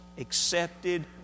accepted